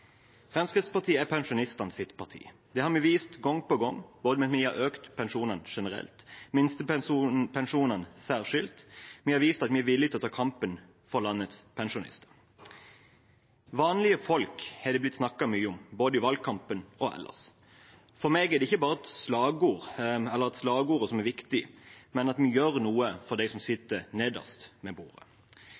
Fremskrittspartiet er pensjonistenes parti. Det har vi vist gang på gang, både ved at vi har økt pensjonene generelt – minstepensjonene særskilt – og ved at vi har vist at vi er villige til å ta kampen for landets pensjonister. Vanlige folk er det blitt snakket mye om, både i valgkampen og ellers. For meg er det ikke bare slagordet som er viktig, men at vi gjør noe for dem som sitter nederst ved bordet.